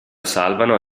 salvano